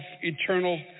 eternal